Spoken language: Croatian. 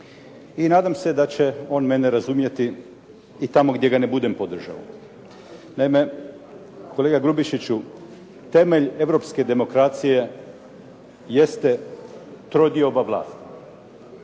I nadam se da će on mene razumjeti i tamo gdje ga ne budem podržao. Naime, kolega Grubišiću, temelj europske demokracije jeste trodioba vlasti